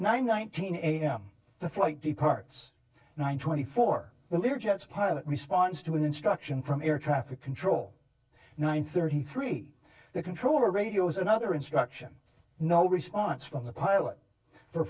nine nineteen a m the flight departs nine twenty four the lear jets pilot responds to an instruction from air traffic control nine thirty three the controller radios another instruction no response from the pilot for